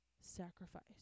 sacrifice